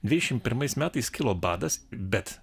dvidešimt pirmais metais kilo badas bet